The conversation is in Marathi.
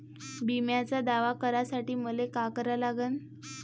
बिम्याचा दावा करा साठी मले का करा लागन?